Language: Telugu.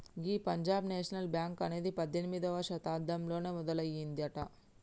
గీ పంజాబ్ నేషనల్ బ్యాంక్ అనేది పద్దెనిమిదవ శతాబ్దంలోనే మొదలయ్యిందట